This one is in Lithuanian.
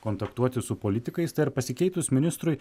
kontaktuoti su politikais tai ar pasikeitus ministrui